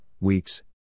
weeks